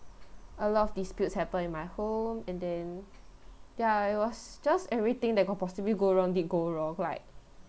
a lot of disputes happen in my home and then ya it was just everything that could possibly go wrong did go wrong like